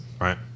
Right